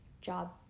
job